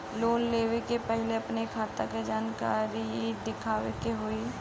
Loan लेवे से पहिले अपने खाता के जानकारी दिखावे के होई?